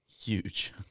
huge